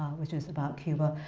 which is about cuba.